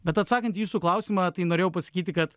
bet atsakant į jūsų klausimą tai norėjau pasakyti kad